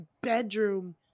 bedroom